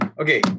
Okay